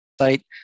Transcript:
site